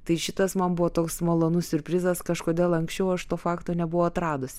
tai šitas man buvo toks malonus siurprizas kažkodėl anksčiau aš to fakto nebuvau atradusi